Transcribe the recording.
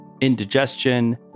indigestion